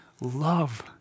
love